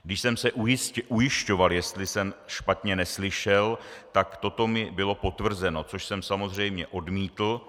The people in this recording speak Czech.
Když jsem se ujišťoval, jestli jsem špatně neslyšel, tak toto mi bylo potvrzeno, což jsem samozřejmě odmítl.